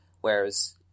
Whereas